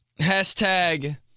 Hashtag